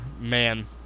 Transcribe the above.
Man